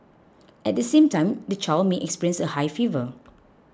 at the same time the child may experience a high fever